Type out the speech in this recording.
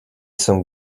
some